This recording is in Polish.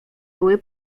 były